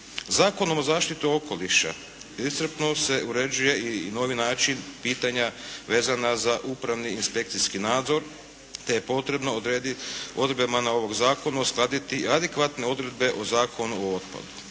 Zakonom o zaštiti okoliša iscrpno se uređuje i novi način pitanja vezana za upravni i inspekcijski nadzor, te je potrebno odrediti …/Govornik se ne razumije./… ovog zakona uskladiti adekvatne odredbe o Zakonu o otpadu.